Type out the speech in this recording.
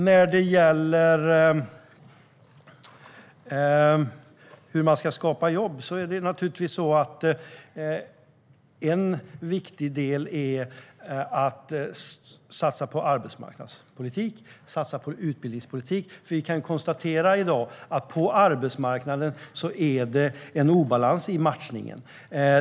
När det gäller hur man ska skapa jobb är en viktig del att satsa på arbetsmarknadspolitik och utbildningspolitik. Vi kan i dag konstatera att det är en obalans i matchningen på arbetsmarknaden.